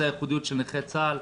זו הייחודיות של נכי צה"ל,